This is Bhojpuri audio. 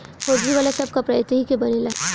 होजरी वाला सब कपड़ा त एही के बनेला